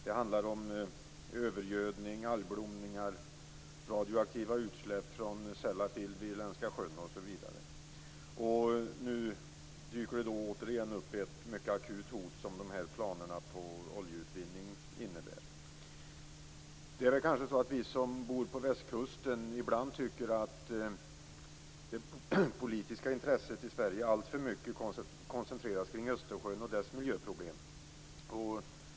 Det handlar om övergödning, algblomningar, radioaktiva utsläpp från Sellafield vid Irländska sjön osv. Återigen dyker nu ett mycket akut hot upp i och med planerna på oljeutvinning. Vi som bor på västkusten tycker kanske ibland att det politiska intresset i Sverige alltför mycket koncentreras kring Östersjön och dess miljöproblem.